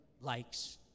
likes